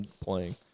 playing